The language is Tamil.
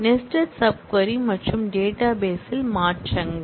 நெஸ்டட் சப் க்வரி மற்றும் டேட்டாபேஸ் ல் மாற்றங்கள்